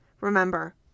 Remember